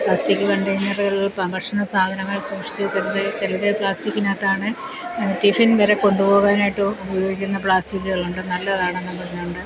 plastic കണ്ടൈനറുകളിൽ ഭക്ഷണ സാധനങ്ങൾ സൂക്ഷിച്ചു ചിലർ പ്ലാസ്റ്റിക്കിന് അകത്താണ് ടിഫിൻ വരെ കൊണ്ട് പോകാനായിട്ട് ഉപയോഗിക്കുന്നത് പ്ലാസ്റ്റിക്കുകളുണ്ട് നല്ലതാണെന്നും പറഞ്ഞു കൊണ്ട്